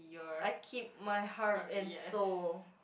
I keep my heart and soul